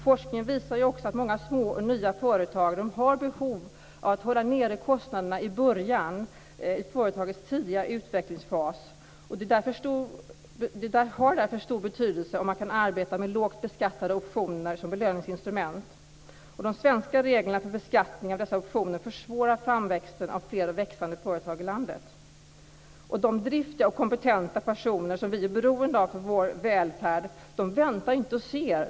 Forskningen visar också att många små och nya företag har behov av att hålla nere kostnaderna i början av företagets tidiga utvecklingsfas. Därför har det stor betydelse om man kan arbeta med lågt beskattade optioner som belöningsinstrument. De svenska reglerna för beskattning av dessa optioner försvårar framväxten av fler och växande företag i landet. De driftiga och kompetenta personer som vi är beroende av för vår välfärd väntar inte och ser.